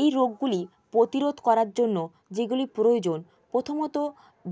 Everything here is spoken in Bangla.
এই রোগগুলি প্রতিরোধ করার জন্য যেগুলি প্রয়োজন প্রথমত